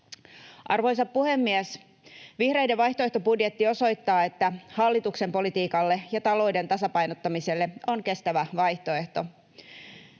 Arvoisa puhemies! Vihreiden vaihtoehtobudjetti osoittaa, että hallituksen politiikalle ja talouden tasapainottamiselle on kestävä vaihtoehto.